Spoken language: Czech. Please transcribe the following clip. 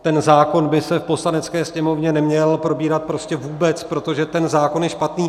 Ten zákon by se v Poslanecké sněmovně neměl probírat prostě vůbec, protože ten zákon je špatný.